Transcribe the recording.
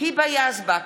היבה יזבק,